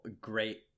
great